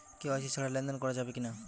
KYC ছাড়া লেনদেন করা যাবে কিনা?